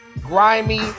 grimy